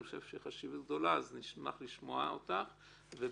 אבל אני רואה את זה כחשיבות גדולה ולכן נשמח לשמוע אותך; ובעיקר-בעיקר,